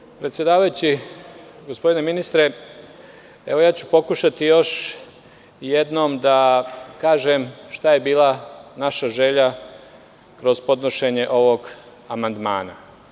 Uvaženi predsedavajući, gospodine ministre, pokušaću još jednom da kažem šta je bila naša želja kroz podnošenje ovog amandmana.